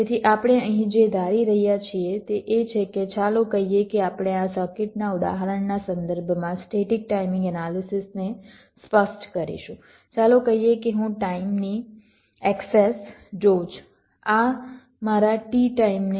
તેથી આપણે અહીં જે ધારી રહ્યા છીએ તે એ છે કે ચાલો કહીએ કે આપણે આ સર્કિટના ઉદાહરણના સંદર્ભમાં સ્ટેટિક ટાઈમિંગ એનાલિસિસને સ્પષ્ટ કરીશું ચાલો કહીએ કે હું ટાઈમની એક્સેસ જોઉં છું આ મારા t ટાઈમને 0 ની બરાબર દર્શાવે છે